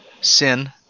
sin